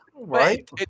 Right